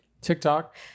TikTok